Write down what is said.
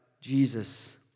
Jesus